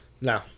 No